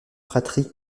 fratrie